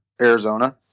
Arizona